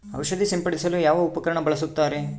ಔಷಧಿ ಸಿಂಪಡಿಸಲು ಯಾವ ಉಪಕರಣ ಬಳಸುತ್ತಾರೆ?